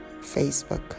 Facebook